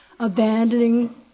abandoning